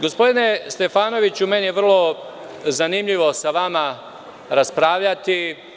Gospodine Stefanoviću, meni je vrlo zanimljivo sa vama raspravljati.